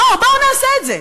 בואו, בואו נעשה את זה,